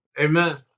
Amen